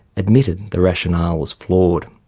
admitted the rationale was flawed.